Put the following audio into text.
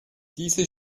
diese